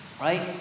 right